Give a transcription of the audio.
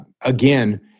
again